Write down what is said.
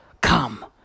Come